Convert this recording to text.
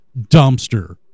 Dumpster